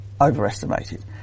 overestimated